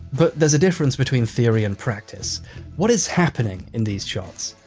but there's a difference between theory and practice what is happening in these shots?